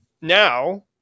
now